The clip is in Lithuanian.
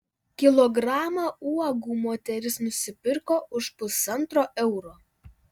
kilogramą uogų moteris nusipirko už pusantro euro